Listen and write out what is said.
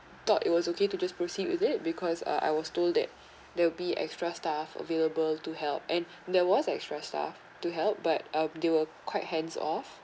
thought it was okay to just proceed with it because uh I was told that there will be extra staff available to help and there was extra staff to help but uh they were quite hands off